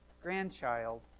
grandchild